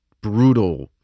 brutal